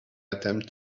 attempt